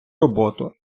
роботу